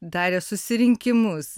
darė susirinkimus